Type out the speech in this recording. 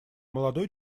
молодой